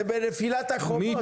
זה בנפילת החומות, לא?